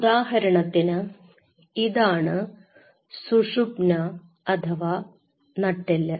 ഉദാഹരണത്തിന് ഇതാണ് സുഷുമ്ന നട്ടെല്ല്